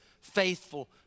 faithful